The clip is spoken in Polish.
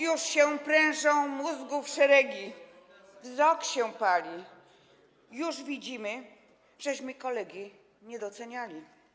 Już się prężą mózgów szeregi, wzrok się pali,/ już widzimy, żeśmy kolegi nie doceniali.